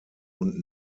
und